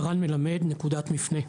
אדוני, רן מלמד, נקודת מפנה.